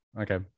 Okay